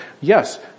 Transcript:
yes